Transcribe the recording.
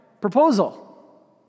proposal